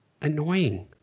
annoying